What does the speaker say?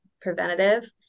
preventative